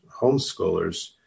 homeschoolers